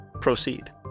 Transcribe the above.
proceed